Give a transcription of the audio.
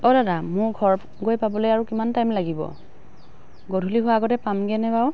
অঁ দাদা মোৰ ঘৰ গৈ পাবলৈ আৰু কিমান টাইম লাগিব গধূলি হোৱাৰ আগতে পামগেনে বাৰু